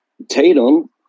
Tatum